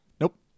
Nope